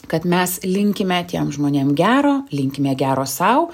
kad mes linkime tiem žmonėm gero linkime gero sau